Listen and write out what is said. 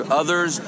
others